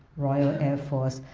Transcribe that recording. royal air force,